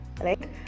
right